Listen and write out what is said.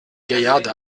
gaillarde